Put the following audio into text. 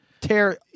tear